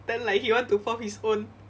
then like he want to form his own